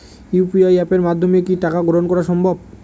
UPI অ্যাপের মাধ্যমে কি টাকা গ্রহণ করাও সম্ভব?